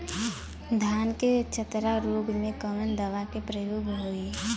धान के चतरा रोग में कवन दवा के प्रयोग होई?